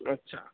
અચ્છા